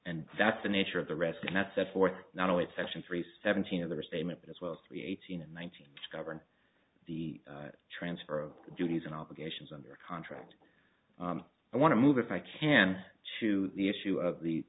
and that's the nature of the rest and that's set forth not only section three seventeen of the restatement as well three eighteen and nineteen govern the transfer of duties and obligations under contract i want to move if i can to the issue of the